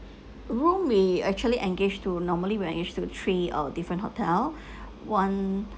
a room may actually engaged to normally when to three uh different hotel one